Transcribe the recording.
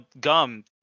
gum